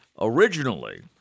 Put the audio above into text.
originally